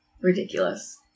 ridiculous